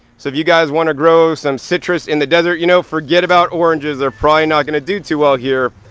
so if you guys wanna grow some citrus in the desert, you know, forget about oranges they're probably not gonna do too well here.